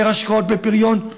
יותר השקעות בפריון,